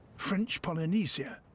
french polynesia,